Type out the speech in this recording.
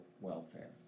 welfare